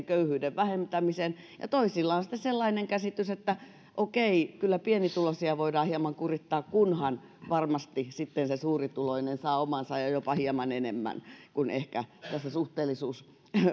köyhyyden vähentämiseen ja toisilla on sitten sellainen käsitys että okei kyllä pienituloisia voidaan hieman kurittaa kunhan varmasti sitten se suurituloinen saa omansa ja ja jopa hieman enemmän kuin tässä ehkä suhteellisuus